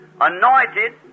Anointed